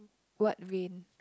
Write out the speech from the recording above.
what vain